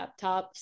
laptops